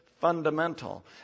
fundamental